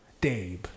Dabe